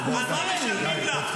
על מה משלמים לך?